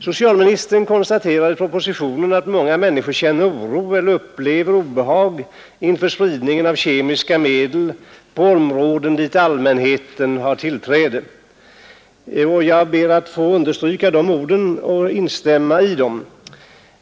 Socialministern konstaterar i propositionen att många människor känner oro eller upplever obehag inför spridningen av kemiska medel på områden dit allmänheten har tillträde — jag ber att få understryka de orden och instämma i dem.